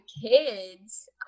kids